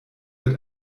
wird